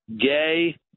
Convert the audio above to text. gay